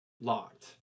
locked